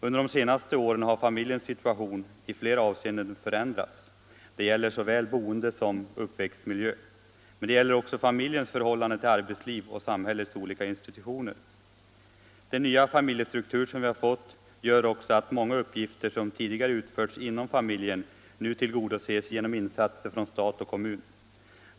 Under de senaste åren har familjens situation i flera avseenden förändrats. Det gäller såväl boende-som uppväxtmiljö. Men det gäller också familjens förhållande till arbetslivet och samhällets olika institutioner. Den nya familjestruktur som vi fått gör också att många uppgifter som tidigare utförts inom familjen nu tillgodoses genom insatser från stat och kommun.